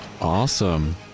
Awesome